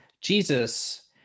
jesus